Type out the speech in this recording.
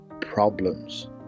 problems